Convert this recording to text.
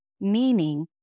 meaning